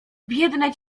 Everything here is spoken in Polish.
biedne